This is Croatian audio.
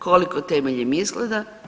Koliko temeljem izgleda?